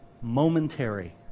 momentary